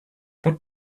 but